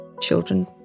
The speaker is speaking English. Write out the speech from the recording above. children